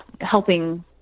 helping